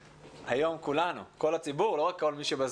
היום התכנסנו להקים